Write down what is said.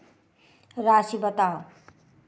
राशि बताउ